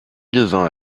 devient